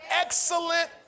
excellent